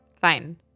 fine